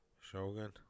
Shogun